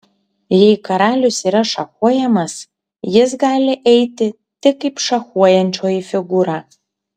jei karalius yra šachuojamas jis gali eiti tik kaip šachuojančioji figūra